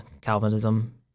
Calvinism